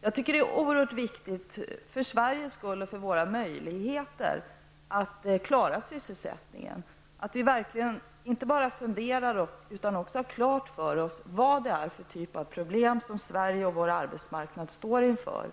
Jag tycker att det är oerhört viktigt såväl för Sveriges vidkommande som för möjligheterna att klara sysselsättningen att vi inte bara funderar över utan också verkligen har klart för oss vad det är för typ av problem som Sverige och den svenska arbetsmarknaden står inför.